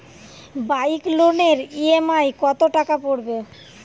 Bike লোনের EMI কত টাকা পড়বে?